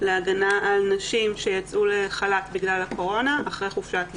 להגנה על נשים שיצאו לחל"ת בגלל הקורונה אחרי חופשת לידה,